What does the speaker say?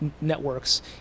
networks